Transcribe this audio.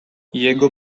jego